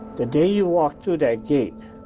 the day you walked through that gate,